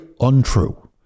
untrue